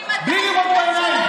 בלי לראות בעיניים.